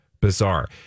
bizarre